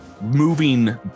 moving